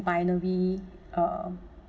binary uh